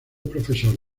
profesor